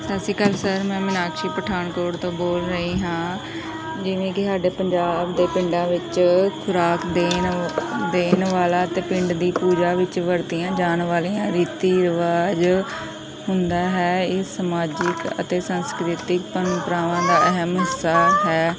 ਸਤਿ ਸ਼੍ਰੀ ਅਕਾਲ ਸਰ ਮੈਂ ਮਨਾਕਸ਼ੀ ਪਠਾਨਕੋਟ ਤੋਂ ਬੋਲ ਰਹੀ ਹਾਂ ਜਿਵੇਂ ਕਿ ਸਾਡੇ ਪੰਜਾਬ ਦੇ ਪਿੰਡਾਂ ਵਿੱਚ ਖੁਰਾਕ ਦੇਣ ਦੇਣ ਵਾਲਾ ਅਤੇ ਪਿੰਡ ਦੀ ਪੂਜਾ ਵਿੱਚ ਵਰਤੀਆਂ ਜਾਣ ਵਾਲੀਆਂ ਰੀਤੀ ਰਿਵਾਜ ਹੁੰਦਾ ਹੈ ਇਹ ਸਮਾਜਿਕ ਅਤੇ ਸੰਸਕ੍ਰਿਤਿਕ ਪ੍ਰੰਪਰਾਵਾਂ ਦਾ ਅਹਿਮ ਹਿੱਸਾ ਹੈ